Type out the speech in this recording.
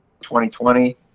2020